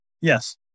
Yes